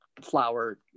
flower